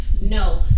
No